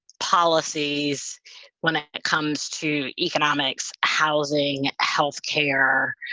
policies when ah it comes to economics, housing, health care,